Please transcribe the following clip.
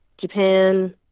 Japan